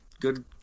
good